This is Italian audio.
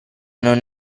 non